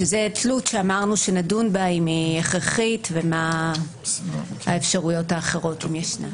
שזה תלות שאמרנו שנדון בה אם היא הכרחית ומה האפשרויות האחרות אם יש.